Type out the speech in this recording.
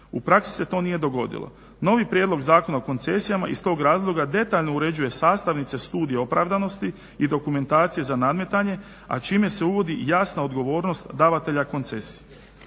U praksi se to nije dogodilo. Novi Prijedlog zakona o koncesijama iz tog razloga detaljno uređuje sastavnice studije opravdanosti i dokumentacije za nadmetanje, a čime se uvodi i jasna odgovornost davatelja koncesije.